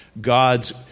God's